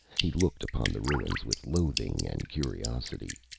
he looked upon the ruins with loathing and curiosity.